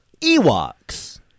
Ewoks